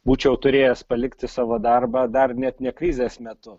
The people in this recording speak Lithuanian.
būčiau turėjęs palikti savo darbą dar net ne krizės metu